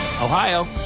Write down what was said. Ohio